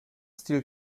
stil